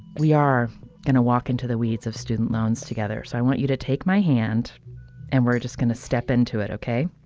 we are going to walk into the weeds of student loans together. so i want you to take my hand and we're just going to step into it, ok?